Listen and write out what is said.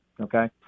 Okay